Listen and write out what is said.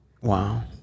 Wow